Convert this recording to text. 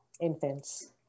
Infants